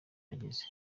ageze